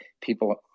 people